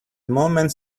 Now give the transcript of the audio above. moment